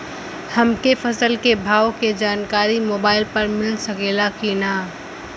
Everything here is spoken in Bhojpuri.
हमके फसल के भाव के जानकारी मोबाइल पर मिल सकेला की ना?